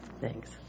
Thanks